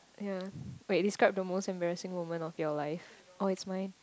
ya wait describe the most embarrassing moment of your life oh it's mine